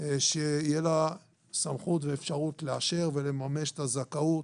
שיהיה לה סמכות ואפשרות לאשר ולממש את הזכאות